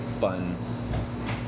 fun